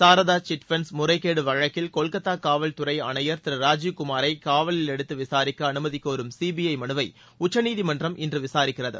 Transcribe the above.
Saradha chit funds முறைகேடு வழக்கில் கொல்கத்தா காவல்தறை ஆணையர் திரு ராஜீவ் குமாரை காவலில் எடுத்து விசாரிக்க அனுமதி கோரும் சிபிஐ மனுவை உச்சநீதிமன்றம் இன்று விசாரிக்கிறது